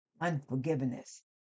unforgiveness